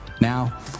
Now